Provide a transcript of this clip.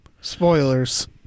Spoilers